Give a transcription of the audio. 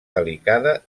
delicada